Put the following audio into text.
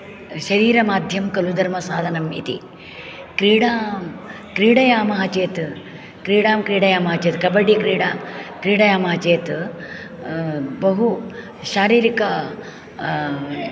शरीरमाध्यं खलु धर्मसाधनम् इति क्रीडां क्रीडयामः चेत् क्रीडां क्रीडयामः चेत् कबड्डी क्रीडां क्रीडयामः चेत् बहु शारीरिक